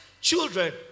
children